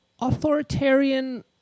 authoritarian